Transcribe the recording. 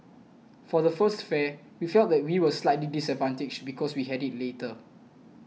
for the first fair we felt that we were slightly disadvantaged because we had it later